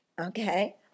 Okay